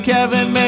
Kevin